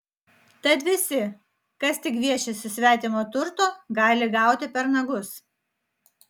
tad visi kas tik gviešiasi svetimo turto gali gauti per nagus